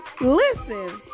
Listen